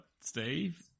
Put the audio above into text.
Steve